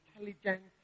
intelligent